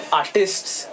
artists